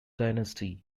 dynasty